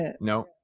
no